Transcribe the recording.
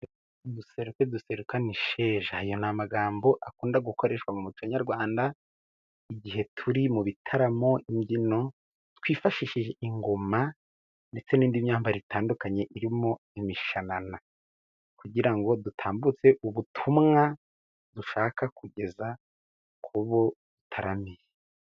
Duseruke duserukane isheja. Ayo ni amagambo akunda gukoreshwa mu muco nyarwanda, igihe turi mu bitaramo, imbyino twifashishije ingoma ndetse n'indi myambaro itandukanye irimo imishanana, kugira ngo dutambutse ubutumwa dushaka kugeza ku bo dutaramiye.